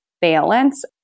balance